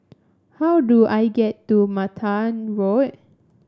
how do I get to Mattar Road